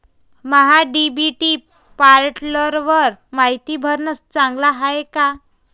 महा DBT पोर्टलवर मायती भरनं चांगलं हाये का?